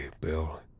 Bill